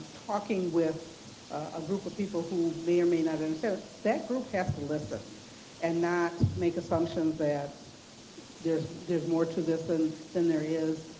talking with a group of people who may or may not understand. and so that group has to listen and not make assumptions that there's there's more to this and than there is.